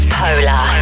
polar